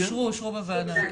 אושרו בוועדת העבודה.